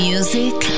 Music